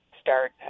start